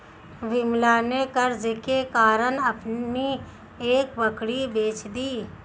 विमला ने कर्ज के कारण अपनी एक बकरी बेच दी